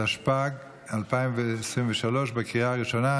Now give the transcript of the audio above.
התשפ"ג 2023, לקריאה ראשונה.